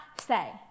say